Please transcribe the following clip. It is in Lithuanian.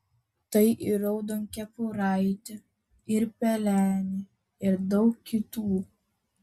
tai ir raudonkepuraitė ir pelenė ir daug kitų